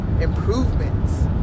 improvements